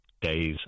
days